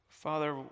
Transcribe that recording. Father